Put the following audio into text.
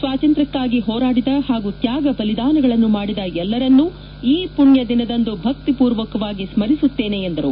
ಸ್ವಾತಂತ್ರ ್ಯಕ್ಕಾಗಿ ಹೋರಾಡಿದ ಪಾಗೂ ತ್ಯಾಗ ಬಲಿದಾನಗಳನ್ನು ಮಾಡಿದ ಎಲ್ಲರನ್ನು ಈ ಪುಣ್ಯ ದಿನದಂದು ಭಕ್ತಿ ಪೂರ್ವಕವಾಗಿ ಸ್ಮರಿಸುತ್ತೇನೆ ಎಂದರು